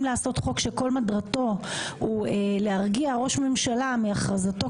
לעשות חוק שכל מטרתו הוא להרגיע ראש ממשלה מהכרזתו